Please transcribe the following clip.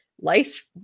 life